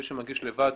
מי שמגיש לבד